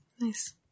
Nice